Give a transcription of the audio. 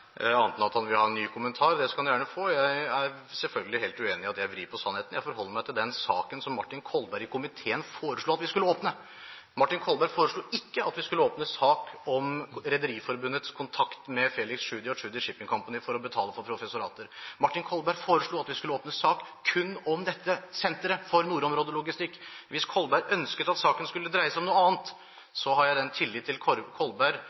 enn at han vil ha en ny kommentar. Det skal han gjerne få. Jeg er selvfølgelig helt uenig i at jeg vrir på sannheten. Jeg forholder meg til den saken som Martin Kolberg i komiteen foreslo at vi skulle åpne. Martin Kolberg foreslo ikke at vi skulle åpne sak om Rederiforbundets kontakt med Felix Tschudi og Tschudi Shipping Company for å betale for professorater. Martin Kolberg foreslo at vi skulle åpne sak kun om dette senteret for nordområdelogistikk. Hvis Kolberg ønsket at saken skulle dreie seg om noe annet, har jeg den tillit til